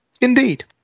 Indeed